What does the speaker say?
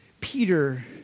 Peter